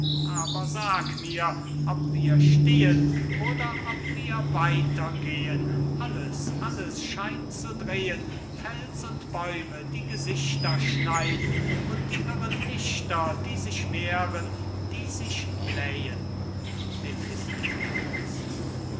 aber sag mir ob wir stehen oder ob wir weiter gehen alles alles scheint zu drehen fels und bäume die gesichter schneiden und die irren lichter die sich mehren die sich blähen